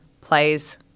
plays